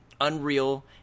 Unreal